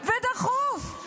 ודחוף.